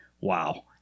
wow